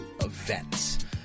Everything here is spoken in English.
events